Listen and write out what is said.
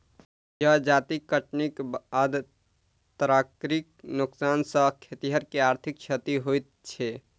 जजाति कटनीक बाद तरकारीक नोकसान सॅ खेतिहर के आर्थिक क्षति होइत छै